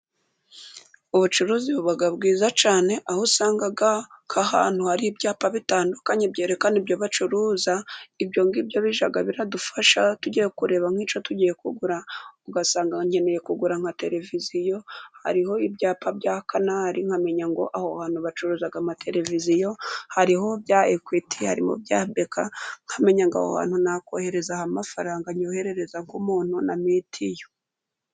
Ubucuruzi buba bwiza cyane, aho usanga ko ahantu hari ibyapa bitandukanye byerekana ibyo bacuruza. Ibyo ngibyo bijya bidufasha tugiye kureba nk'icyo tugiye kugura, ugasanga ukeneye kugura nka televiziyo hariho ibyapa bya canari, nkamenya ngo aho hantu bacuruza amateleviziyo hariho bya ekwiti, hariho ibya beka nkamenya ko aho hantu nakohereza amafaranga nyoherereza umuntu nka mitiyu.